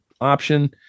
option